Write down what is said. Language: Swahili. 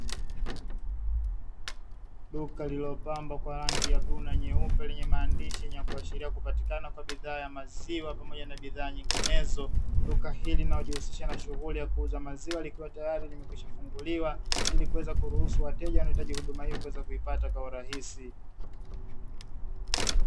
Duka lililopambwa kwa rangi ya bluu na nyeupe lenye maandishi ya kuashilia kupatikana kwa bidhaa ya maziwa pamoja na bidhaa nyinginezo. Duka hili linalojihusisha na shughuli ya kuuza maziwa lliko tayari imekwisha funguliwa kwa wateja wanaohitaji huduma hiyo kuipata kwa urahisi.